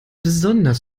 besonders